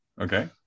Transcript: Okay